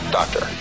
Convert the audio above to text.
doctor